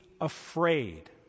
afraid